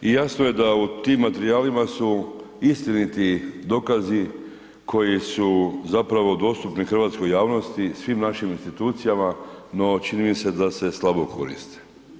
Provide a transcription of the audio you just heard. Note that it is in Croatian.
I jasno je da u tim materijalima su istiniti dokazi koji su zapravo dostupni hrvatskoj javnosti, svim našim institucijama no čini mi se da se slabo koriste.